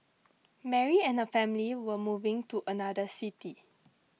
Mary and her family were moving to another city